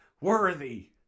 worthy